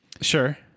Sure